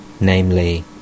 namely